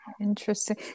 interesting